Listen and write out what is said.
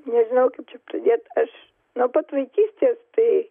nežinau kaip čia pradėt aš nuo pat vaikystės tai